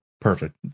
Perfect